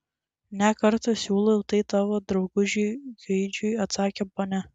ne kartą siūliau tai tavo draugužiui gaidžiui atsakė ponia